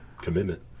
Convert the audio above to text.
commitment